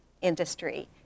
industry